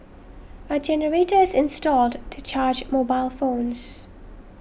a generator is installed to charge mobile phones